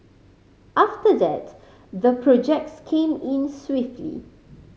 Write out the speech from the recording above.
after that the projects came in swiftly